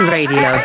Radio